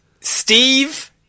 Steve